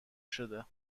شده